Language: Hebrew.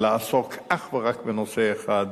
לעסוק אך ורק בנושא אחד,